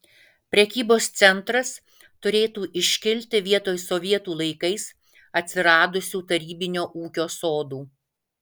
prekybos centras turėtų iškilti vietoj sovietų laikais atsiradusių tarybinio ūkio sodų